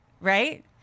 right